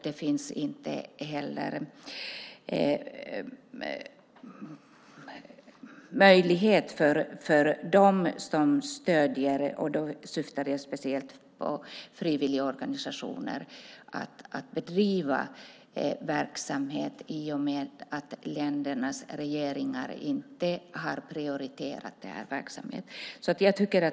Det finns inte heller möjlighet för dem som stöder det - och då syftar jag speciellt på frivilligorganisationer - att bedriva verksamhet i och med att ländernas regeringar inte har prioriterat verksamheten.